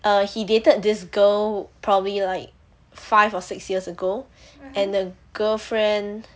err he dated this girl probably like five or six years ago and the girlfriend